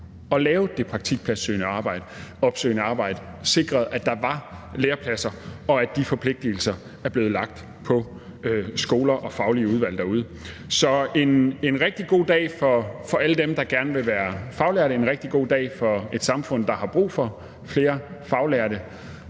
at lave det praktikpladsopsøgende arbejde, og sikrede, at der var lærepladser, og at de forpligtigelser er blevet lagt på skoler og faglige udvalg derude. Så det er en rigtig god dag for alle dem, der gerne vil være faglærte. Det er en rigtig god dag for et samfund, der har brug for flere faglærte.